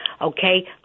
okay